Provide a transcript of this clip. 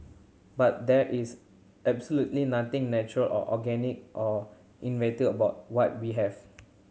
but there is absolutely nothing natural or organic or inevitable about what we have